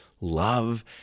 love